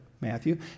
Matthew